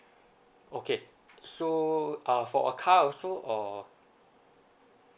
okay so uh for a car also or